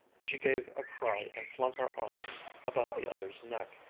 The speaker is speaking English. she gave a cry and flung her arms about the other's neck,